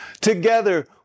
Together